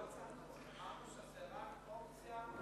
אמרנו שזו רק אופציה,